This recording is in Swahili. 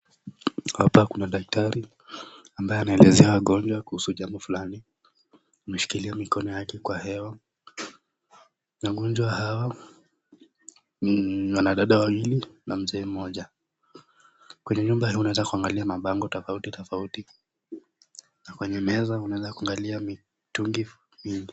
Hapa kuna daktari ambaye anaelezea wagonjwa kuhusu jambo fulani. Ameshikilia mikono yake kwa hewa .Wagonjwa hawa ni wanadada wawili na mzee mmoja. Kwenye nyumba unaweza kuangalia mabango tofauti tofauti na kuna kqenye meza unaweza kuangalia mitungi mingi.